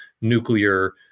nuclear